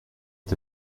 est